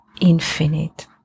infinite